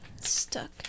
stuck